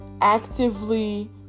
actively